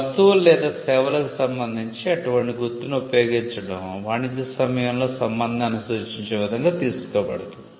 వస్తువులు లేదా సేవలకు సంబంధించి అటువంటి గుర్తును ఉపయోగించడం వాణిజ్య సమయంలో సంబంధాన్ని సూచించే విధంగా తీసుకోబడుతుంది